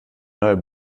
neuer